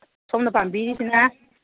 ꯁꯣꯝꯅ ꯄꯥꯝꯕꯤꯔꯤꯁꯤꯅ